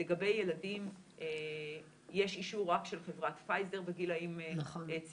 לגבי ילדים יש אישור רק של חברת פייזר בגילאים צעירים,